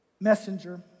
Messenger